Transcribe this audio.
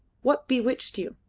what bewitched you?